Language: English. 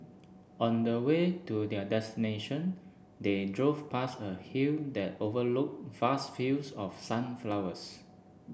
on the way to their destination they drove past a hill that overlooked vast fields of sunflowers